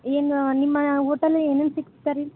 ಏನು ನಿಮ್ಮ ಹೋಟಲ್ಲಿ ಏನೇನು ಸಿಗತ್ರೀ